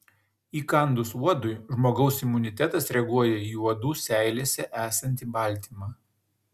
įkandus uodui žmogaus imunitetas reaguoja į uodų seilėse esantį baltymą